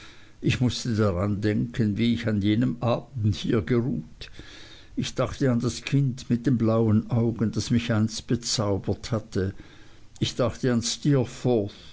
ich mußte daran denken wie ich an jenem abend hier geruht ich dachte an das kind mit den blauen augen das mich einst bezaubert hatte ich dachte an